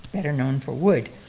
better known for wood.